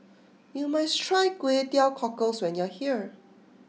you must try Kway Teow Cockles when you are here